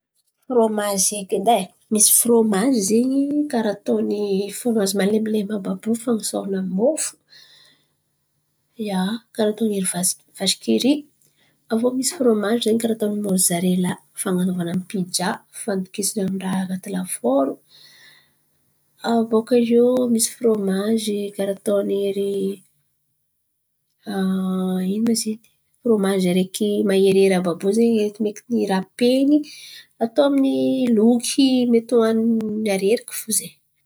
Frômazy haiko edy e misy Frômazy zen̈y karà ataony Frômazy malemily àby àby io fan̈osorana amin’ny mofo. Ia, karà ataony iery lavasikiry misy Frômazy karà ataony mozarela fan̈anovana amin’ny pija fandokisan̈a amin’ny raha an̈aty lafôro. Abòakaio misy Frômazy karà ataony erỳ. Ino mba zin̈y? Frômazy araiky maherihery àby àby io zen̈y rapen̈y atô amin’ny loky mety hoanin̈y areriky fo ze.